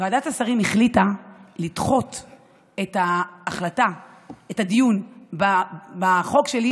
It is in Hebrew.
ועדת השרים החליטה לדחות את הדיון בחוק שלי